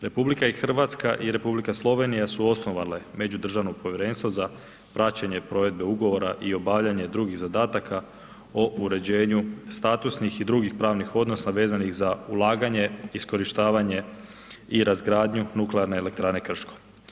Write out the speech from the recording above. RH i Republika Slovenija su osnovale međudržavno povjerenstvo za praćenje provedbe ugovora i obavljanje drugih zadataka o uređenju statusnih i drugih pravnih odnosa vezanih za ulaganje, iskorištavanje i razgradnju Nuklearne elektrane Krško.